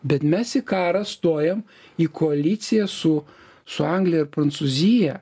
bet mes į karą stojam į koaliciją su su anglija ir prancūzija